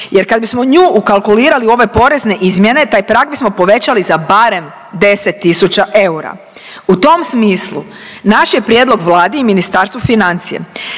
jer kada bismo nju ukalkulirali u ove porezne izmjene taj prag bismo povećali za barem 10000 eura. U tom smislu naše je prijedlog Vladi i Ministarstvu financija